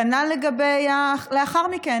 כנ"ל לאחר מכן.